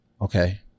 okay